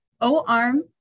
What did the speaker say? O-Arm